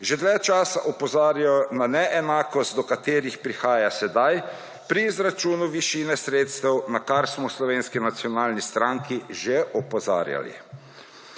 že dlje časa opozarjajo na neenakost, do katerih prihaja sedaj pri izračunu višine sredstev na kar smo v Slovenski nacionalni stranki že opozarjali.